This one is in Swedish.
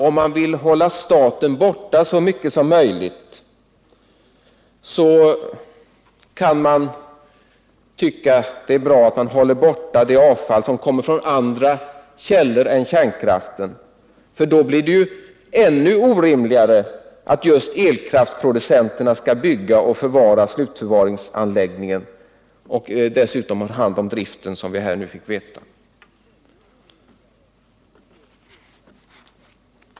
Om man vill hålla staten borta så mycket som möjligt, kan man naturligtvis tycka att det är bra att skilja ut det avfall som kommer från andra källor än kärnkraften. Men om man ser avfallet i helhetsperspektiv blir det ännu orimligare att just elkraftsproducenterna skall bygga slutförvaringsanläggningen och dessutom ha hand om driften, som vi här fick veta.